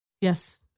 Yes